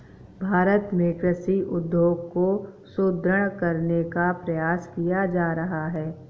भारत में कृषि उद्योग को सुदृढ़ करने का प्रयास किया जा रहा है